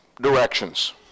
directions